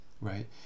right